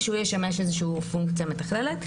- שהוא ישמש איזושהי פונקציה מתכללת.